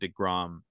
DeGrom